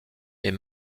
est